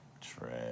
Trash